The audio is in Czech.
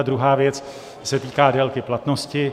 Druhá věc se týká délky platnosti.